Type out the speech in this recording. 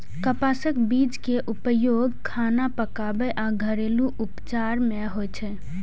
कपासक बीज के उपयोग खाना पकाबै आ घरेलू उपचार मे होइ छै